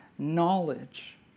Knowledge